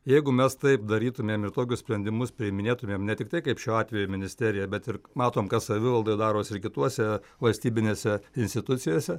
jeigu mes taip darytumėm ir tokius sprendimus priiminėtumėm ne tiktai kaip šiuo atveju ministerija bet ir matom kas savivaldoj darosi ir kituose valstybinėse institucijose